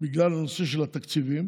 בגלל נושא התקציבים,